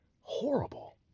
Horrible